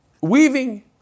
Weaving